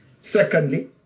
Secondly